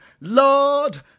Lord